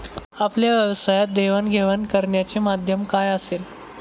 आपल्या व्यवसायात देवाणघेवाण करण्याचे माध्यम काय असेल?